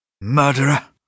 Murderer